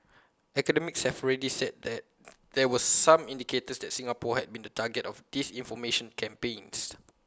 academics have already said that there were some indicators that Singapore had been target of disinformation campaigns